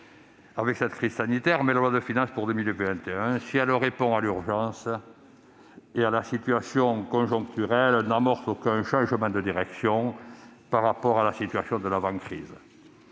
avec cette crise sanitaire, mais la loi de finances pour 2021, si elle répond à l'urgence et à la situation conjoncturelle, n'amorce aucun changement de direction par rapport à la situation de l'avant-crise.